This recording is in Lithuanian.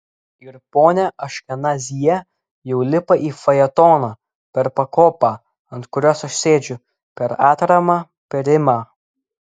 ir ponia aškenazyje jau lipa į fajetoną per pakopą ant kurios aš sėdžiu per atramą per rimą